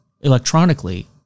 electronically